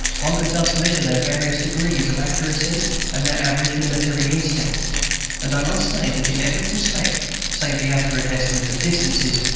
one could thus measure their various degrees of accuracy and their average military instinct and i must say that in every respect, save the accurate estimate of distances,